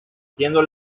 siendo